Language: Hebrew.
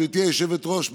גברתי היושבת-ראש,